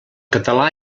català